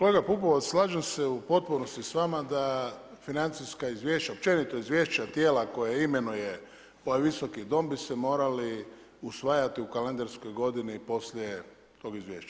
Kolega Pupovac slažem se u potpunosti s vama da financijska izvješća općenito izvješća tijela koja imenuje ovaj Visoki dom bi se morali usvajati u kalendarskoj godini poslije tog izvješća.